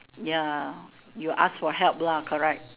ya you ask for help lah correct